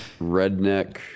redneck